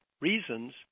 reasons